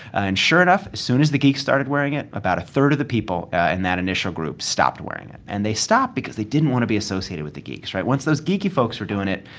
and sure enough, as soon as the geeks started wearing it, about a third of the people in that initial group stopped wearing it. and they stopped because they didn't want to be associated with the geeks, right? once those geeky folks were doing it,